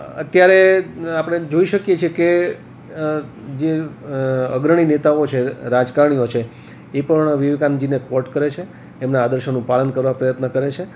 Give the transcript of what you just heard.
અત્યારે આપણે જોઈ શકીએ છીએ કે જે અગ્રણી નેતાઓ છે રાજકારણીઓ છે એ પણ વિવેકાનંદજીને ક્વોટ કરે છે એમના આદર્શોનું પાલન કરવા પ્રયત્ન કરે છે